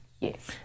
Yes